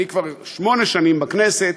אני כבר שמונה שנים בכנסת,